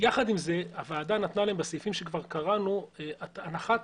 יחד עם זה הוועדה נתנה בסעיפים שקראנון הנחת